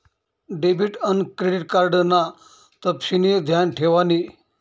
debit आन credit card ना तपशिनी ध्यान ठेवानी